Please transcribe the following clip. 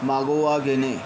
मागोवा घेणे